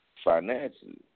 Financially